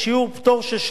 35% הקיים היום,